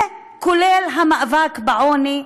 כולל המאבק בעוני,